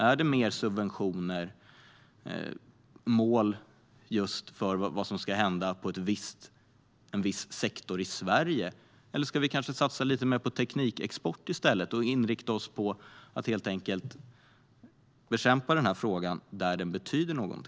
Är det mer subventioner och mål för vad som ska hända i en viss sektor i Sverige? Eller ska vi kanske satsa lite mer på teknikexport i stället och inrikta oss på att helt enkelt bekämpa utsläppsproblemen där det betyder något?